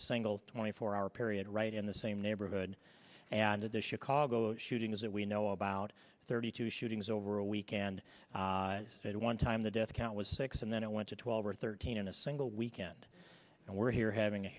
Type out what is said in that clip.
a single twenty four hour period right in the same neighborhood and of the chicago shootings that we know about thirty two shootings over a weekend at one time the death count was six and then it went to twelve or thirteen in a single weekend and we're here having a